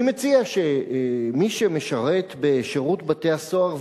אני מציע שמי שמשרת בשירות בתי-הסוהר,